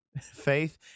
faith